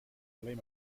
alleen